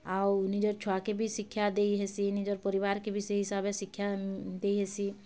ଆଉ ନିଜର ଛୁଆକେ ବି ଶିକ୍ଷା ଦେଇହେସି ନିଜର୍ ପରିବାର୍କେ ବି ସେ ହିସାବ୍ରେ ଶିକ୍ଷା ଦେଇହେସି